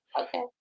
Okay